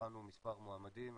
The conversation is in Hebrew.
בחנו מספר מועמדים.